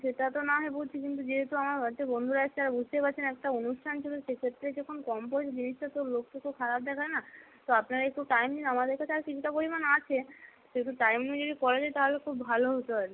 সেটা তো না হয় বুঝছি কিন্তু যেহেতু আমার বাড়িতে বন্ধুরা এসেছে আর বুঝতেই পারছেন একটা অনুষ্ঠান চলছে সেক্ষেত্রে যখন কম পড়েছে জিনিসটা তো লোককে তো খারাপ দেখায় না তো আপনারা একটু টাইম নিন আমাদের কাছে আর কিছুটা পরিমাণ আছে একটু টাইম নিয়ে যদি করা যায় তাহলে খুব ভালো হতো আর কি